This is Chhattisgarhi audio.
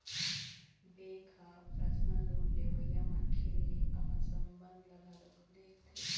बेंक ह परसनल लोन लेवइया मनखे ले अपन संबंध ल घलोक देखथे